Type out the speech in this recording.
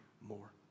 more